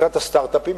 מבחינת הסטארט-אפים,